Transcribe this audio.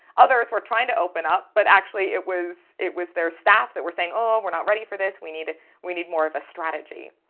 others were trying to open up but actually it was it was their staff that were saying oh, we're not ready for this. we need we need more of a strategy.